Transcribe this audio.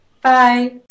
Bye